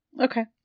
Okay